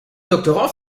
doctorants